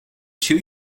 two